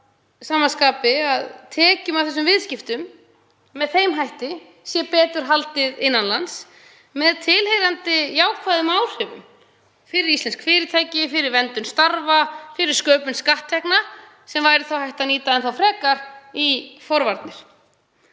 sama skapi að tekjum af þessum viðskiptum sé með þeim hætti betur haldið innan lands með tilheyrandi jákvæðum áhrifum fyrir íslensk fyrirtæki, fyrir vernd starfa, fyrir sköpun skatttekna sem er þá hægt að nýta enn frekar í forvarnir.